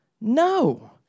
No